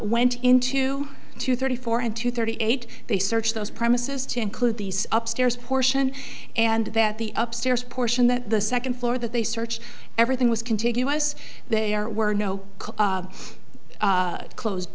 went into two thirty four and two thirty eight they searched those premises to include these up stairs portion and that the up stairs portion that the second floor that they searched everything was contiguous they are were no